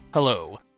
Hello